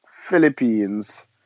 Philippines